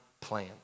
plan